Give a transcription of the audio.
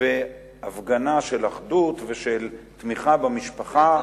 והפגנה של אחדות ושל תמיכה במשפחה,